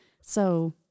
So-